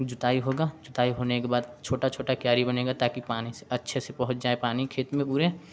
जुताई होगा जुताई होने के बाद छोटा छोटा क्यारी बनेगा ताकि पानी से अच्छे से पहुँच जाए पानी खेत में पूरे